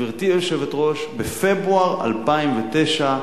גברתי היושבת-ראש, בפברואר 2009,